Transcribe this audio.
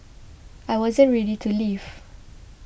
I wasn't ready to leave